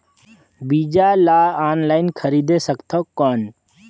बीजा ला ऑनलाइन खरीदे सकथव कौन?